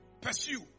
Pursue